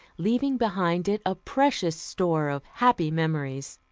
leaving behind it a precious store of happy memories.